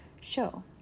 show